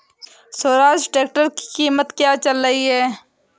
Swaraj tractor की कीमत क्या चल रही है?